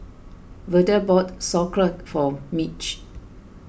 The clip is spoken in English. Verda bought Sauerkraut for Mitch